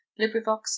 librivox